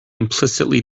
implicitly